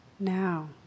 Now